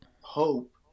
hope